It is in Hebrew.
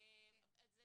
אני זוכרת מה שדיברנו,